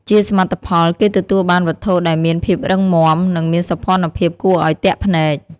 ជាសមិទ្ធផល គេទទួលបានវត្ថុដែលមានភាពរឹងមាំ និងមានសោភ័ណភាពគួរឱ្យទាក់ភ្នែក។